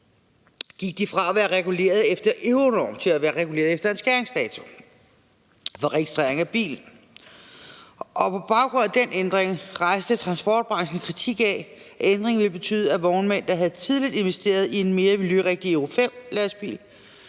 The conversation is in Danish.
gik de fra at være reguleret efter Euronormen til at være reguleret efter en skæringsdato for registrering af biler, og på baggrund af den ændring rejste transportbranchen en kritik af, at ændringen ville betyde, at vognmænd, der tidligt havde investeret i en mere miljørigtig Euro-V-lastbil,